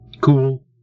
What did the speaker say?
cool